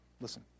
Listen